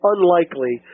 unlikely